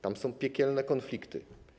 Tam są piekielne konflikty.